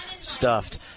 stuffed